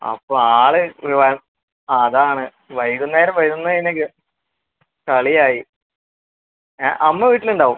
അപ്പോൾ ആൾ ഗുരുവായൂർ അതാണ് വൈകുന്നേരം വരുന്ന അതിലേക്ക് കളി ആയി ഏ അമ്മ വീട്ടിൽ ഉണ്ടാവും